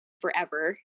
forever